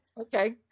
Okay